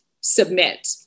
submit